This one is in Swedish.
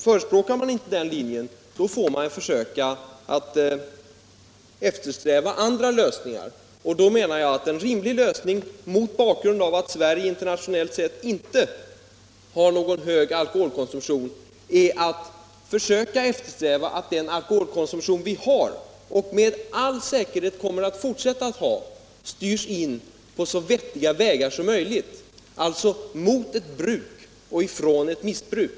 Förespråkar man inte den linjen får man eftersträva andra lösningar. Jag menar att en rimlig lösning - mot bakgrund av att Sverige internationellt sett inte har någon hög alkoholkonsumtion — är att eftersträva att den alkoholkonsumtion vi har och med all säkerhet kommer att fortsätta att ha styrs in på så vettiga vägar som möjligt, alltså från ett missbruk mot ett bruk.